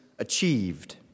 achieved